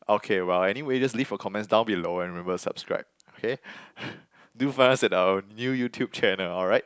okay well anyway just leave your comments down below and remember to subscribe okay do find us at our new YouTube channel alright